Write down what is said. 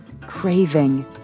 craving